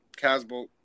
Casbolt